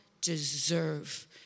deserve